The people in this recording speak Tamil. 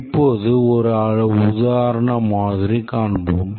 இப்போது ஒரு உதாரண மாதிரி காண்போம்